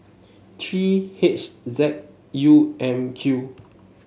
three H Z U M Q